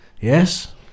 yes